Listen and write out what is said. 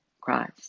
Christ